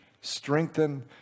strengthen